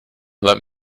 let